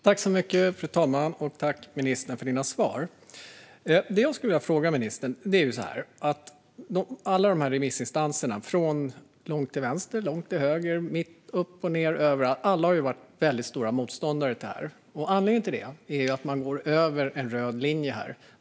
Fru talman! Tack, ministern, för dina svar! Jag skulle vilja ställa en fråga till ministern. Alla remissinstanser - från långt till vänster, långt till höger, mitt i, och upp och ned, överallt - har varit väldigt stora motståndare till detta. Anledningen till det är att man här går över en röd linje.